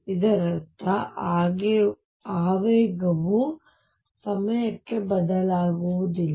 ಇದರರ್ಥ ಆವೇಗವು ಸಮಯಕ್ಕೆ ಬದಲಾಗುವುದಿಲ್ಲ